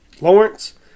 Lawrence